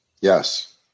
Yes